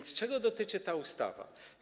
Czego dotyczy ta ustawa?